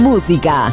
Música